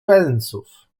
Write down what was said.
pensów